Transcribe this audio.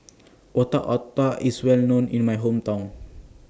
Otak Otak IS Well known in My Hometown